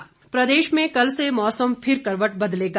मौसम प्रदेश में कल से मौसम फिर करवट बदलेगा